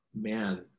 man